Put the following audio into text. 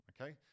okay